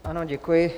Ano, děkuji.